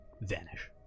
vanish